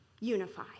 unify